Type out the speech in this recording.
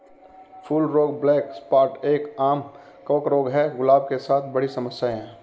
फूल रोग black spot एक, आम कवक रोग है, गुलाब के साथ बड़ी समस्या है